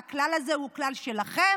והכלל הזה הוא הכלל שלכם,